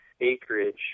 acreage